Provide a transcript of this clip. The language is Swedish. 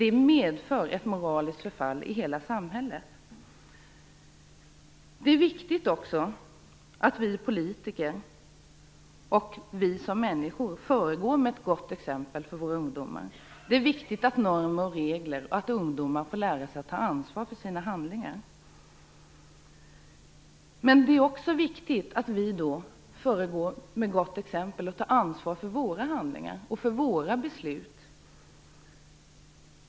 Det medför ett moraliskt förfall i hela samhället. Det är också viktigt att vi som politiker och människor föregår med ett gott exempel för våra ungdomar. Det är viktigt med normer och regler och att ungdomar får lära sig att ta ansvar för sina handlingar. Men också vi måste ta ansvar för våra handlingar och beslut.